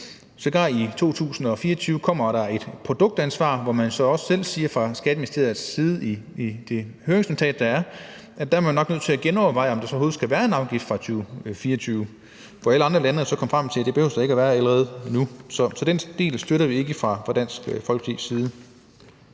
kommer i 2024 sågar et produktansvar, og man siger også selv fra Skatteministeriets side i det høringsnotat, der er, at man nok er nødt til at genoverveje, om der overhovedet skal være en afgift fra 2024. For alle andre lande er allerede nu kommet frem til, at det behøver der ikke at være. Så den del støtter vi ikke fra Dansk Folkepartis side.